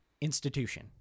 institution